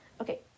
Okay